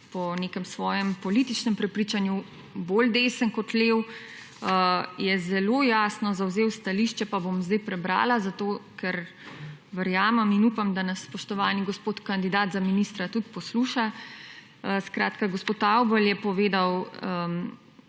po nekem svojem političnem prepričanju bolj desen kot levi je zelo jasno zavzel stališče pa bom sedaj prebrala, zato, ker verjamem in upam, da nas spoštovani gospod kandidat za ministra tudi posluša. Skratka, gospod Avbelj je povedal,